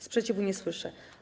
Sprzeciwu nie słyszę.